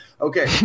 Okay